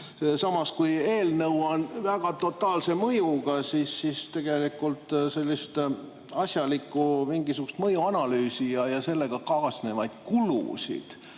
Samas kui eelnõu on väga totaalse mõjuga, siis tegelikult sellist asjalikku mõjuanalüüsi ja kaasnevaid kulusid